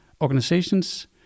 organizations